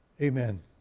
Amen